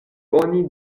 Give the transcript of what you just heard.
oni